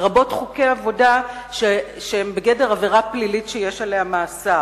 לרבות חוקי עבודה שהם בגדר עבירה פלילית שיש עליה מאסר?